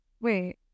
Wait